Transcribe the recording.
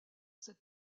cette